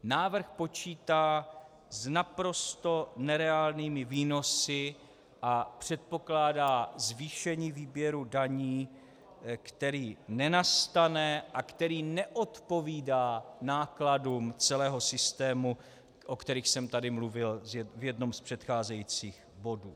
Návrh počítá s naprosto nereálnými výnosy a předpokládá zvýšení výběru daní, který nenastane a který neodpovídá nákladům celého systému, o kterých jsem tady mluvil v jednom z předcházejících bodů.